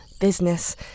business